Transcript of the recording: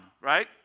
right